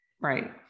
Right